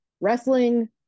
wrestling